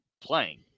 playing